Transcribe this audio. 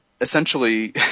essentially